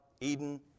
Eden